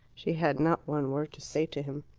she had not one word to say to him.